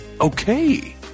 Okay